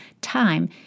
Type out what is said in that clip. Time